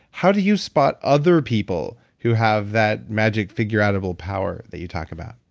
how do you spot other people who have that magic figureoutable power that you talk about?